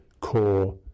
core